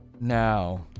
Now